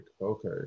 okay